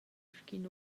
sc’in